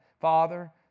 Father